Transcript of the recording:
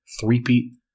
three-peat